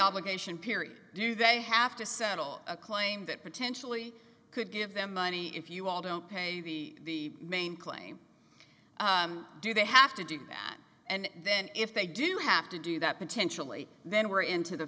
obligation period or do they have to settle a claim that potentially could give them money if you all don't pay the main claim do they have to do that and then if they do have to do that potentially then we're into the